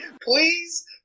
please